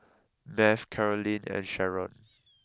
Math Carolyne and Sherron